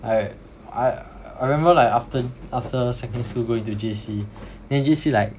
I I I remember like after after secondary school go into J_C then J_C like